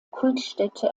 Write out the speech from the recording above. kultstätte